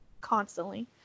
constantly